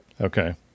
Okay